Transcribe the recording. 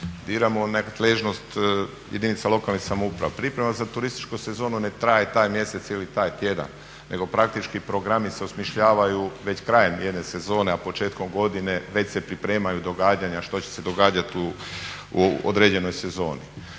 diramo u nadležnost jedinica lokalnih samouprava. Priprava za turističku sezonu ne traje taj mjesec ili taj tjedan nego praktički programi se osmišljavaju već krajem jedne sezone, a početkom godine već se pripremaju događanja što će se događati u određenoj sezoni.